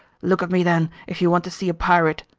look at me, then, if you want to see a pirate!